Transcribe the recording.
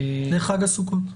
לחג הסוכות,